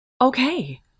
Okay